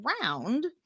round